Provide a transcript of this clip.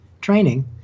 training